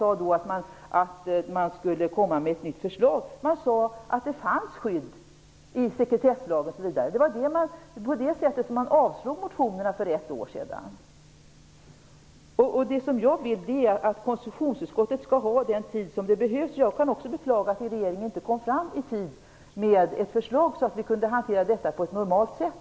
Då sade man inte att man skulle komma med ett nytt förslag, utan man sade att det fanns skydd i sekretesslag osv. Av det skälet avslog man motionerna för ett år sedan. Jag vill att konstitutionsutskottet skall få ta den tid som behövs, och jag beklagar också att regeringen inte kom med ett förslag i tid, så att vi kunde hantera frågan på ett normalt sätt.